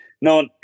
no